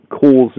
causes